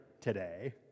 today